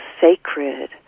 sacred